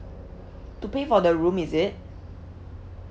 to pay for the room is it